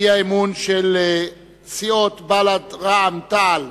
האי-אמון של סיעות בל"ד, רע"ם-תע"ל